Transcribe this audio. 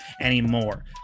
anymore